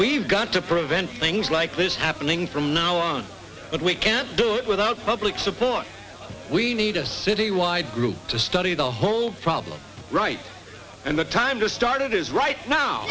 we've got to prevent things like this happening from now on but we can't do it without public support we need a city wide group to study the whole problem right and the time to start it is right now